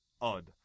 odd